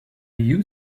you